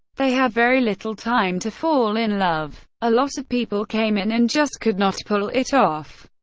they have very little time to fall in love. a lot of people came in and just could not pull it off.